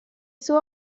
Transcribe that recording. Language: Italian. suo